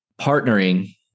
partnering